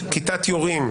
כיתת יורים.